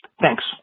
Thanks